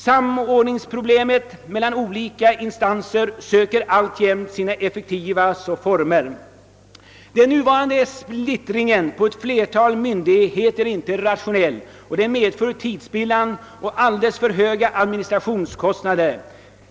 Samordningsarbetet mellan dessa olika instanser söker alltjämt sina effektiva former. Den nuvarande splittringen på ett flertal myndigheter är inte rationell och medför tidsspillan och alldeles för höga administrationskostnader.